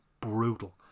brutal